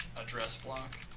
address block